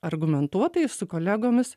argumentuotai su kolegomis